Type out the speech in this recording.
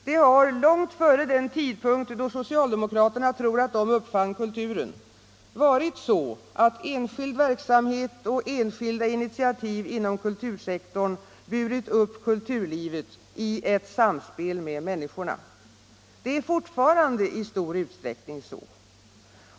Det har — långt före den tidpunkt då socialdemokraterna tror att de uppfann kulturen — varit så att enskild verksamhet och enskilda initiativ inom kultursektorn burit upp kulturlivet, i ett samspel med människorna. Det är fortfarande i stor utsträckning så.